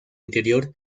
interior